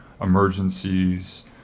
emergencies